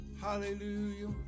Hallelujah